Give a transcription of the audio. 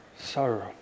sorrow